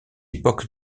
époque